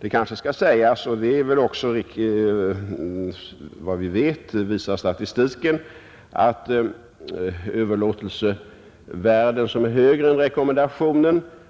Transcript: Det kanske också skall framhållas — och det visar även statistiken — att beträffande överlåtelsevärden som ligger högre än vad som rekommenderats,